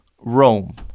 Rome